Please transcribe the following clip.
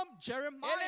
Jeremiah